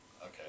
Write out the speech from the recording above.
Okay